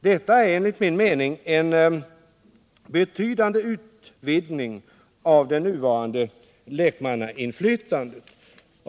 Detta är enligt min mening en betydande utvidgning av det nuvarande lek mannainflytandet.